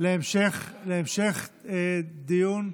בעד,